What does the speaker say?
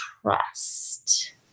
trust